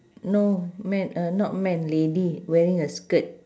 no men uh not man lady wearing a skirt